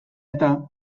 eta